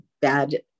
bad